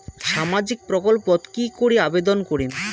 সামাজিক প্রকল্পত কি করি আবেদন করিম?